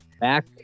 back